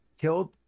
killed